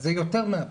אז זה יותר מהבית.